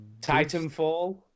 Titanfall